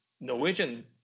Norwegian